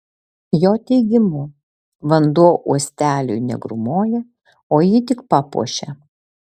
jo teigimu vanduo uosteliui negrūmoja o jį tik papuošia